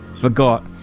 Forgot